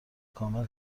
کامل